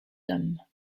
hommes